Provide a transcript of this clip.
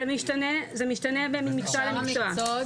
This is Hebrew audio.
מיטל בן גיגי זה משתנה ממקצוע למקצוע.